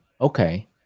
Okay